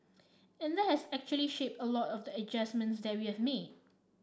and that has actually shaped a lot of the adjustments that we've made